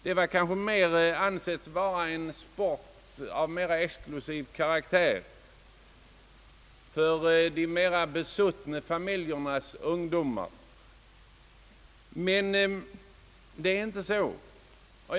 Den ansågs vara en sport av mera exklusiv karaktär för de besuttna familjernas ungdomar. Men det är inte så nu.